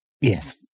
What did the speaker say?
Yes